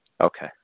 Okay